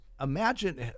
imagine